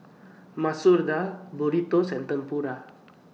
Masoor Dal Burrito and Tempura